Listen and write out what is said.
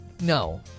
no